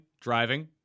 driving